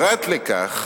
פרט לכך